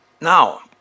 Now